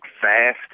fast